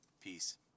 peace